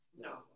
No